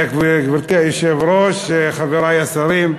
גברתי היושבת-ראש, חברי השרים,